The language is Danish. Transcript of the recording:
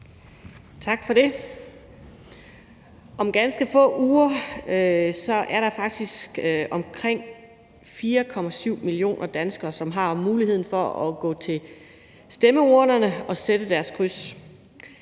(V): Om ganske få uger er der faktisk omkring 4,7 millioner danskere, som har muligheden for at gå til stemmeurnerne og sætte deres kryds.